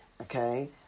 Okay